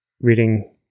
reading